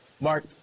Mark